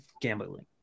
gambling